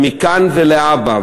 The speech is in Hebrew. שמכאן ולהבא,